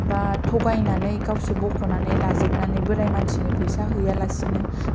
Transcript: बा थगायनानै गावसो बख'नानै लाजोबनानै बोराय मानसिनो फैसा हैया लासेनो